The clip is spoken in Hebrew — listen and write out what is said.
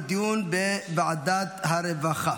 ותעבור לדיון בוועדת העבודה והרווחה.